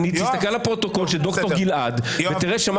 תסתכל על הפרוטוקול של דוקטור גלעד ותראה שמה